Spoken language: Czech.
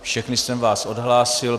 Všechny jsem vás ohlásil.